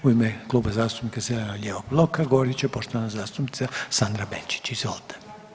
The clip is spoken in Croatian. U ime Kluba zastupnika Zeleno-lijevog bloka govorit će poštovana zastupnica Sandra Benčić, izvolite.